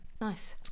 nice